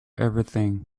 everything